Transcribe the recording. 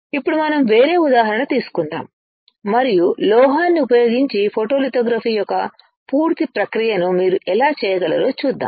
ఇప్పుడు మనం వేరే ఉదాహరణ తీసుకుందాము మరియు లోహాన్ని ఉపయోగించి ఫోటోలిథోగ్రఫీ యొక్క పూర్తి ప్రక్రియను మీరు ఎలా చేయగలరో చూద్దాం